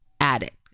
addict